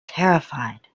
terrified